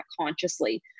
consciously